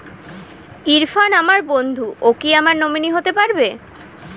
ইরফান আমার বন্ধু ও কি আমার নমিনি হতে পারবে?